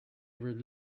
were